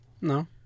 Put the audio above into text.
No